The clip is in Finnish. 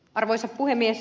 arvoisa puhemies